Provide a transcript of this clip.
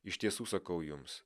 iš tiesų sakau jums